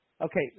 Okay